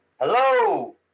hello